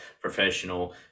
professional